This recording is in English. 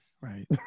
right